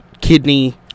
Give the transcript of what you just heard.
kidney